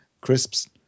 crisps